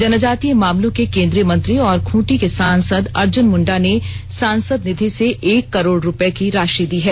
जनजातीय मामलों के केंद्रीय मंत्री और खूंटी के सांसद अर्जुन मुंडा ने सांसद निधि से एक करोड़ रुपये की राषि दी है